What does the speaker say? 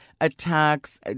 attacks